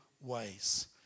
ways